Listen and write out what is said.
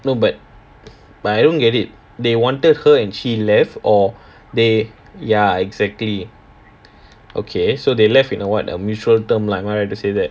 no bu~ but I don't get it they wanted her and she left or they ya exactly okay so they left in a what a mutual term lah am I right to say that